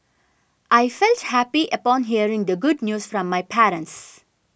I felt happy upon hearing the good news from my parents